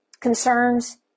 concerns